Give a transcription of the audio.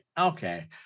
Okay